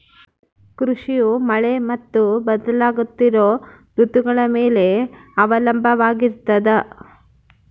ಕೃಷಿಯು ಮಳೆ ಮತ್ತು ಬದಲಾಗುತ್ತಿರೋ ಋತುಗಳ ಮ್ಯಾಲೆ ಅವಲಂಬಿತವಾಗಿರ್ತದ